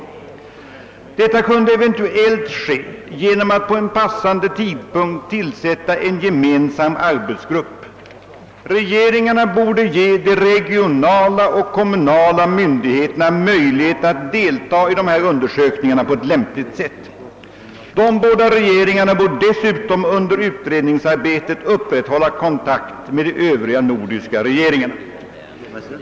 Detta kunde eventuellt ske genom att på en passande tidpunkt tillsätta en gemensam arbetsgrupp. Regeringarna borde ge de regionala och kommunala myndigheterna möjlighet att deltaga i dessa undersökningar på ett lämpligt sätt. De båda regeringarna borde dessutom under utredningsarbetet upprätthålla kontakt med de övriga nordiska regeringarna.